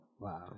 wow